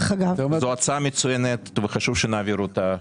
זאת הצעה מצוינת וחשוב שנעביר אותה.